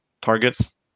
targets